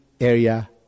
area